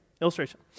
illustration